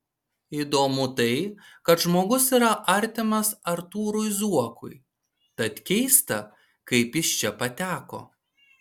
įdomu tai kad žmogus yra artimas artūrui zuokui tad keista kaip jis čia pateko